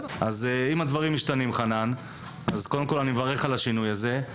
אם הדברים משתנים אז אני מברך על כך אבל